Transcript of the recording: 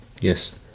Yes